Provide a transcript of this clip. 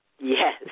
Yes